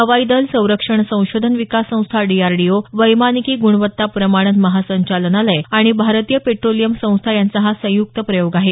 हवाई दल संरक्षण संशोधन विकास संस्था डीआरडीओ वैमानिकी गुणवत्ता प्रमाणन महासंचालनालय आणि भारतीय पेट्रोलियम संस्था यांचा हा संयुक्त प्रयोग आहे